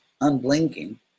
unblinking